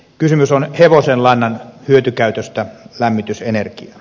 kysymys on hevosenlannan hyötykäytöstä lämmitysenergiana